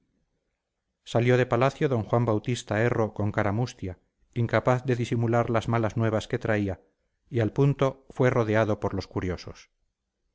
salió de palacio d juan bautista erro con cara mustia incapaz de disimular las malas nuevas que traía y al punto fue rodeado por los curiosos